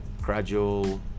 gradual